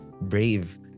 brave